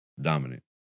dominant